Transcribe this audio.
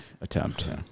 attempt